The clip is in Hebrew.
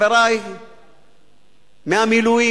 אנשי מהמילואים,